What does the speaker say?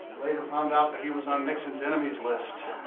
later found out that he was on nixon's enemies list.